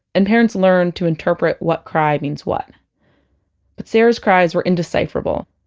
and parents learn to interpret what cry means what but sarah's cries were indecipherable.